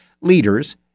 leaders